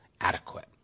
adequate